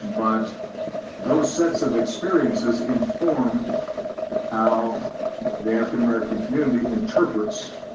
but those sets of experiences informed how the african-american community interprets